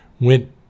went